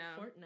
Fortnite